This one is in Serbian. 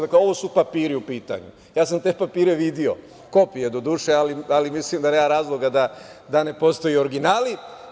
Dakle, ovo su papiri u pitanju, ja sam te papire video, kopije, doduše, ali mislim da nema razloga, da ne postoje originali.